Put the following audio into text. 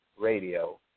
radio